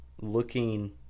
looking